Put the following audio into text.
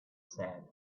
said